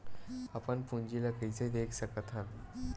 अपन पूंजी ला कइसे देख सकत हन?